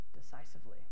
decisively